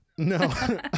no